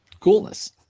Coolness